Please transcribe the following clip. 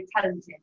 talented